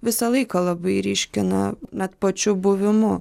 visą laiką labai ryškina net pačiu buvimu